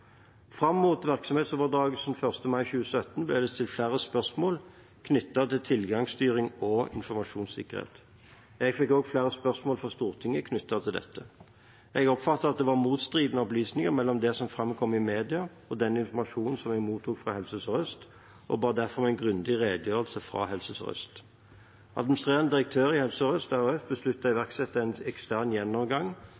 Fram mot virksomhetsoverdragelsen 1. mai 2017 ble det stilt flere spørsmål knyttet til tilgangsstyring og informasjonssikkerhet. Jeg fikk også flere spørsmål fra Stortinget knyttet til dette. Jeg oppfattet at det var motstridende opplysninger mellom det som framkom i media, og den informasjonen jeg mottok fra Helse Sør-Øst, og ba derfor om en grundig redegjørelse fra Helse Sør-Øst. Administrerende direktør i Helse Sør-Øst RHF besluttet å